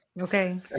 Okay